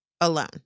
alone